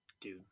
dude